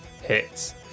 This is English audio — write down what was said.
Hits